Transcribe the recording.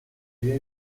había